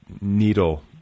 needle